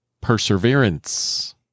perseverance